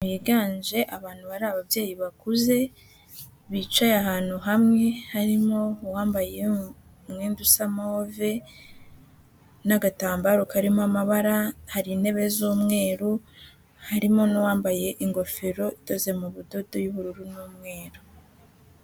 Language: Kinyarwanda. Higanje abantu bari ababyeyi bakuze, bicaye ahantu hamwe, harimo uwambaye umwembi usa move n'agatambaro karimo amabara, hari intebe z'umweru, harimo n'uwambaye ingofero idoze mu budodo y'ubururu n'umweru.